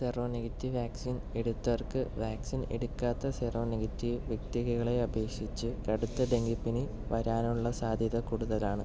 seronegative vaccine എടുത്തവർക്ക് vaccine എടുക്കാത്ത seronegative വ്യക്തികളെ അപേക്ഷിച്ച് കടുത്ത ഡെങ്കിപ്പനി വരാനുള്ള സാധ്യത കൂടുതലാണ്